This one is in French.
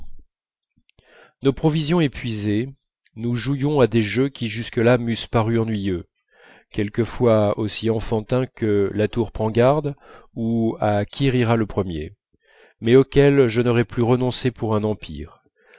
nos provisions épuisées nous jouions à des jeux qui jusque-là m'eussent paru ennuyeux quelquefois aussi enfantins que la tour prends garde ou à qui rira le premier mais auxquels je n'aurais plus renoncé pour un empire